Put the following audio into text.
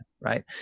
right